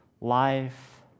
life